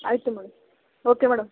ಆಯಿತು madam okay madam